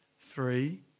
Three